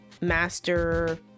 Master